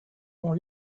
ont